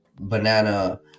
banana